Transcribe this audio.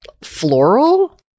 floral